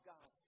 God